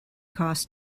costs